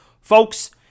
Folks